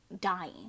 dying